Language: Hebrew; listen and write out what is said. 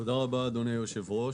תודה רבה, אדוני היושב-ראש.